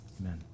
amen